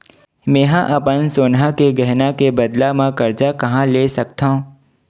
मेंहा अपन सोनहा के गहना के बदला मा कर्जा कहाँ ले सकथव?